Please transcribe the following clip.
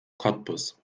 cottbus